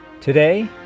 Today